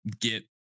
get